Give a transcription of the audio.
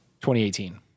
2018